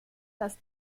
dass